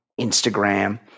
Instagram